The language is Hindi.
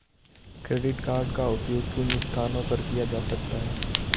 क्रेडिट कार्ड का उपयोग किन स्थानों पर किया जा सकता है?